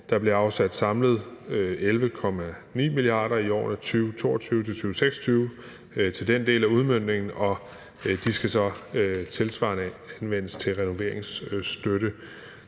Der bliver samlet afsat 11,9 mia. kr. i årene 2022-2026 til den del af udmøntningen, og de skal så tilsvarende anvendes til renoveringsstøtte.